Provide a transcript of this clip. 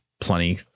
plenty